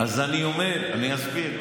אז אני אומר, אני אסביר.